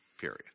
period